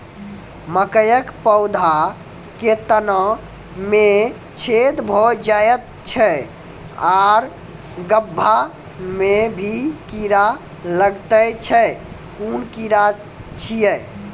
मकयक पौधा के तना मे छेद भो जायत छै आर गभ्भा मे भी कीड़ा लागतै छै कून कीड़ा छियै?